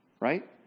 right